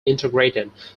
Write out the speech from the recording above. integrated